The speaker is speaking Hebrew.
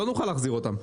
לא נוכל להחזיר אותם.